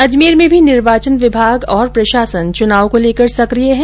अजमेर में भी निर्वाचन विभाग और प्रशासन चुनाव को लेकर सकिय है